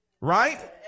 right